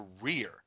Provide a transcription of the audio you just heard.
career